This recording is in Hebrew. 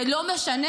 זה לא משנה.